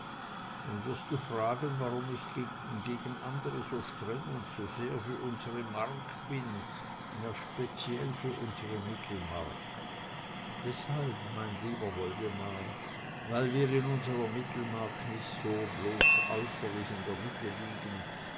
nun wirst du fragen warum ich gegen andre so streng und so sehr für unsre mark bin ja speziell für unsre mittelmark deshalb mein lieber woldemar weil wir in unsrer mittelmark nicht so bloß äußerlich in der mitte liegen